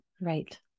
Right